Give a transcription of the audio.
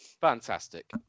Fantastic